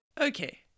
Okay